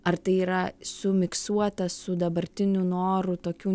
ar tai yra sumiksuota su dabartiniu noru tokių